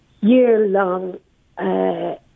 year-long